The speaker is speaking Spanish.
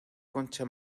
concha